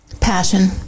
Passion